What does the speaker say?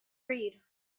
read